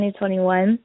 2021